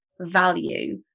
value